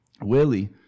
Willie